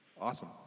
awesome